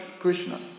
Krishna